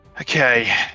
Okay